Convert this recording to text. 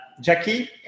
Jackie